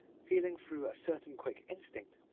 feeling through a certain quick instinct,